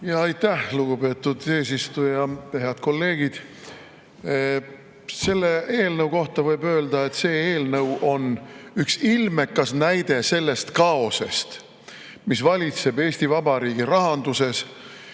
Aitäh, lugupeetud eesistuja! Head kolleegid! Selle eelnõu kohta võib öelda, et see eelnõu on üks ilmekas näide sellest kaosest, mis valitseb Eesti Vabariigi rahanduses